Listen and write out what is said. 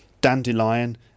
dandelion